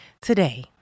Today